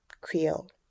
Creole